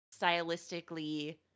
stylistically